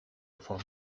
phone